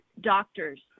doctors